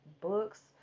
books